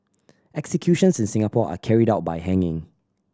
executions in Singapore are carried out by hanging